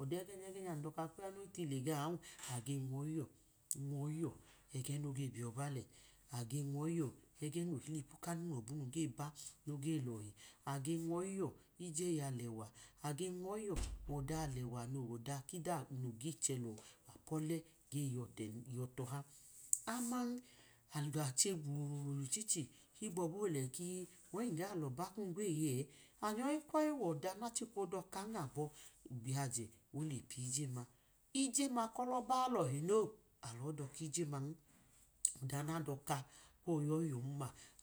Ọda ẹgẹ nya ẹgẹ nya dọka kaya noyi tile gaọ a age nwọyi yọ ge nwoyi yọ ẹgẹ noge biyọba lẹ age nwọiyi yọ egẹ noge ba noge lohi age nwoyi yọ ye alẹwa age nwoyi yọ ọda alewa nowọda kida noge chelo apọle ge nyoche nyọtọha aman achẹ gbululu lẹ ichiche higbọba ole ki ọyin ga loba kum gweye ẹ amyọyi kwọyi wọda nachika odaka abọ igbi hije de miyijema, “yẹma kọlọba ilọhi no alọ dọka kijẹman, ọda nadọka ke yo̱yi yọ m-m